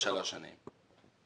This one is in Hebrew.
שלוש שנים.